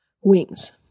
Wings